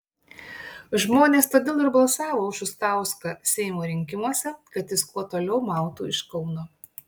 žmonės todėl ir balsavo už šustauską seimo rinkimuose kad jis kuo toliau mautų iš kauno